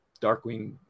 darkwing